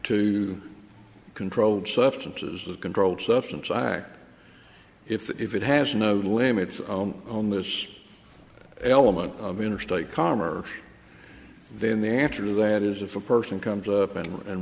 to controlled substances of controlled substance act if it has no limits on this element of interstate commerce then the answer to that is if a person comes up and